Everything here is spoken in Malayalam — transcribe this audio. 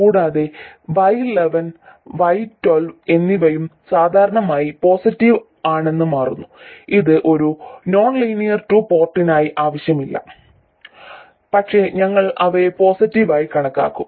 കൂടാതെ y11 y12 എന്നിവയും സാധാരണയായി പോസിറ്റീവ് ആണെന്ന് മാറുന്നു ഇത് ഒരു നോൺലീനിയർ ടു പോർട്ടിനായി ആവശ്യമില്ല പക്ഷേ ഞങ്ങൾ അവയെ പോസിറ്റീവ് ആയി കണക്കാക്കും